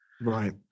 Right